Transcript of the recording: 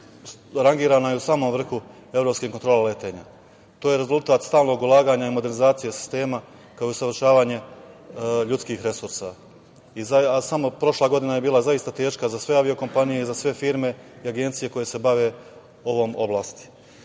rangirana je u samom vrhu evropske kontrole letenja. To je rezultat stalnog ulaganja i modernizacije sistema, kao i usavršavanje ljudskih resursa. Samo prošla godina je bila zaista teška za sve avio kompanije, za sve firme i agencije koje se bave ovom oblasti. Vlada